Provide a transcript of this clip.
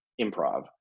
improv